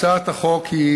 הצעת החוק היא